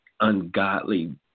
ungodly